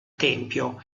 tempio